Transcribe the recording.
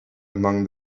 among